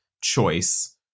choice